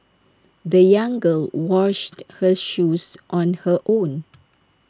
the young girl washed her shoes on her own